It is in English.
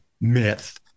myth